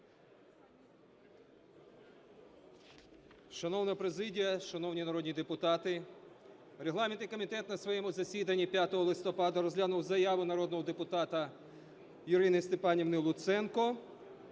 Шановна президія, шановні народні депутати, регламентний комітет на своєму засіданні 5 листопада розглянув заяву народного депутата Ірини Степанівни Луценко,